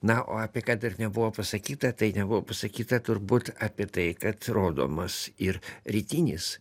na o apie ką dar nebuvo pasakyta tai nebuvo pasakyta turbūt apie tai kad rodomas ir rytinis